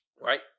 right